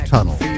Tunnel